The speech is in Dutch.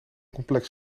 complex